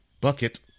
Bucket